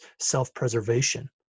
self-preservation